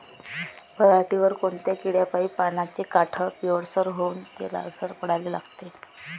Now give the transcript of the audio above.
पऱ्हाटीवर कोनत्या किड्यापाई पानाचे काठं पिवळसर होऊन ते लालसर पडाले लागते?